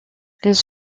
les